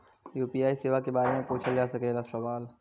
UPI सेवा के बारे में पूछ जा सकेला सवाल?